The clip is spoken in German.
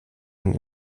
einen